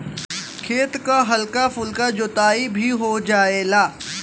खेत क हल्का फुल्का जोताई भी हो जायेला